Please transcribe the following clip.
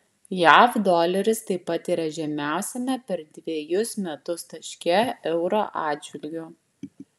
jav doleris taip pat yra žemiausiame per dvejus metus taške euro atžvilgiu